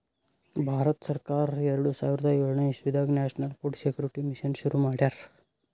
ಭಾರತ ಸರ್ಕಾರ್ ಎರಡ ಸಾವಿರದ್ ಯೋಳನೆ ಇಸವಿದಾಗ್ ನ್ಯಾಷನಲ್ ಫುಡ್ ಸೆಕ್ಯೂರಿಟಿ ಮಿಷನ್ ಶುರು ಮಾಡ್ಯಾರ್